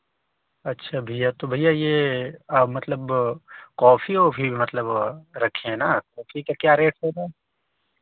अच्छा भैया तो भैया यह मतलब कॉफी वॉफी मतलब रखे हैं ना कॉफी का क्या रेट होगा